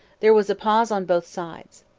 there was a pause on both sides.